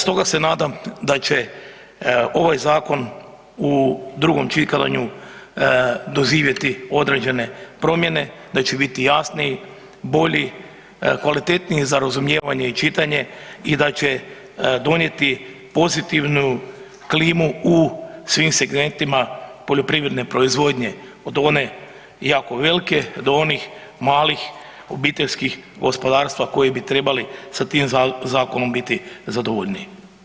Stoga se nadam da će ovaj zakon u drugom čitanju doživjeti određene promjene, da će biti jasniji, bolji, kvalitetniji za razumijevanje i čitanje i da će donijeti pozitivnu klimu u svim segmentima poljoprivredne proizvodnje od one jako velike do onih malih obiteljskih gospodarstava koji bi trebali sa tim zakonom biti zadovoljniji.